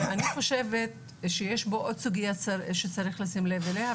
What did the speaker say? ואני חושבת שיש פה עוד סוגיה שצריך לשים לב אליה,